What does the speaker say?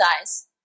eyes